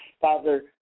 Father